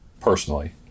personally